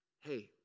hey